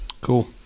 Cool